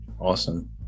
Awesome